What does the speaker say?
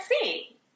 see